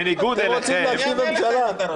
אתם רוצים להקים ממשלה?